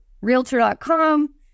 realtor.com